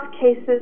cases